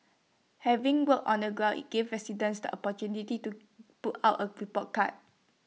having worked on the ground IT gives residents the opportunity to put out A report card